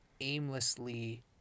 aimlessly